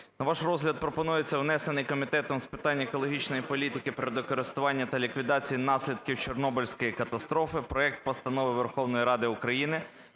На ваш розгляд пропонується внесений Комітетом з питань екологічної політики, природокористування та ліквідації наслідків Чорнобильської катастрофи проект Постанови Верховної Ради України